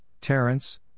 Terence